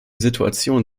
situation